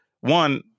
one